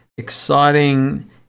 Exciting